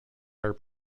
are